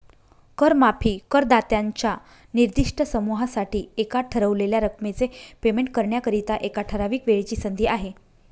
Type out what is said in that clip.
कर माफी करदात्यांच्या निर्दिष्ट समूहासाठी एका ठरवलेल्या रकमेचे पेमेंट करण्याकरिता, एका ठराविक वेळेची संधी आहे